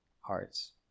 hearts